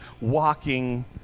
walking